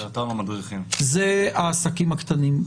אלה העסקים הקטנים.